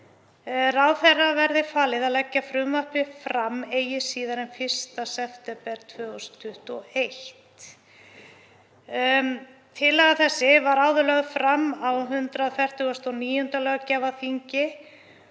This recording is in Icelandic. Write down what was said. Ráðherra verði falið að leggja frumvarpið fram eigi síðar en 1. september 2021. Tillaga þessi var áður lögð fram á 149. löggjafarþingi